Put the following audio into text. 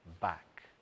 Back